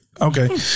okay